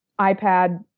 iPad